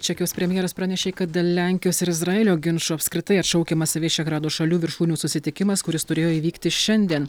čekijos premjeras pranešė kad dėl lenkijos ir izraelio ginčų apskritai atšaukiamas vyšegrado šalių viršūnių susitikimas kuris turėjo įvykti šiandien